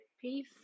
Peace